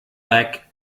lack